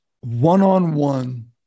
one-on-one